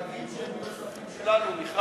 הם מחכים שהם יהיו אזרחים שלנו, מיכל.